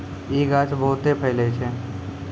इ गाछ बहुते फैलै छै